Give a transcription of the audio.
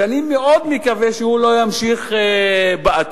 שאני מאוד מקווה שהוא לא יימשך בעתיד,